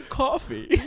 coffee